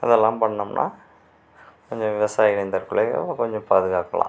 அதெல்லாம் பண்ணம்ன்னா கொஞ்சம் விவசாயிகளின் தற்கொலையை கொஞ்சம் பாதுகாக்கலாம்